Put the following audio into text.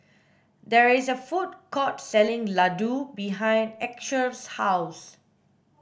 there is a food court selling Ladoo behind Esker's house